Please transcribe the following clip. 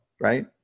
right